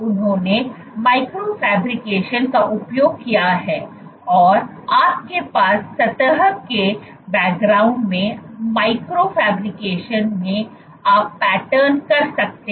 उन्होंने micro fabrication का उपयोग किया है और आपके पास सतह के बैकग्राउंड में माइक्रो फैब्रिकेशन में आप पैटर्न कर सकते हैं